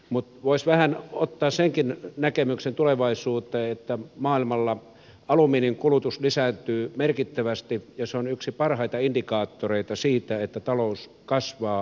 mutta voisi vähän ottaa senkin näkemyksen tulevaisuuteen että maailmalla alumiinin kulutus lisääntyy merkittävästi ja se on yksi parhaita indikaattoreita siitä että talous kasvaa ja nousee